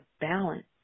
balance